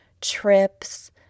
trips